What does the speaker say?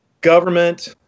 government